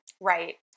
Right